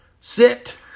sit